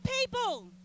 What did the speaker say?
people